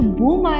boom